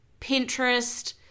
Pinterest